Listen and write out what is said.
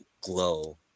glow